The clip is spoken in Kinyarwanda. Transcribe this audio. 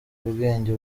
ubwenge